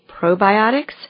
probiotics